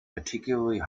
particularly